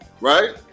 right